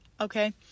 Okay